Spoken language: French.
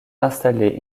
installé